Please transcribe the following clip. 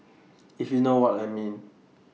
if you know what I mean